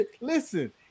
Listen